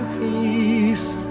peace